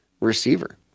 receiver